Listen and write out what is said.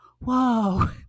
whoa